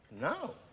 No